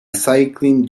cycling